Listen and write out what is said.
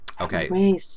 okay